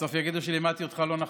בסוף יגידו שלימדתי אותך לא נכון.